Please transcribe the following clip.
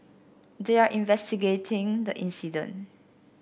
they are investigating the incident